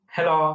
Hello